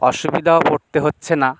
অসুবিধাও পড়তে হচ্ছে না